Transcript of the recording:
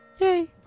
Yay